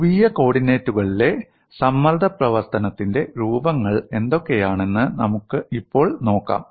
ധ്രുവീയ കോർഡിനേറ്റുകളിലെ സമ്മർദ്ദ പ്രവർത്തനത്തിന്റെ രൂപങ്ങൾ എന്തൊക്കെയാണെന്ന് ഇപ്പോൾ നോക്കാം